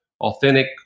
authentic